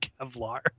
Kevlar